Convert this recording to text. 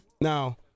Now—